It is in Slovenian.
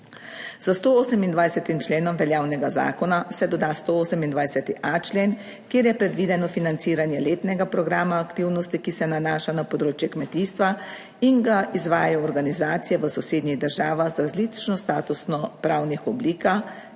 Za 128. členom veljavnega zakona se doda 128.a člen, kjer je predvideno financiranje letnega programa aktivnosti, ki se nanaša na področje kmetijstva in ga izvajajo organizacije v sosednjih državah z različno statusno pravnih oblikah,